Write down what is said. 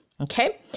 okay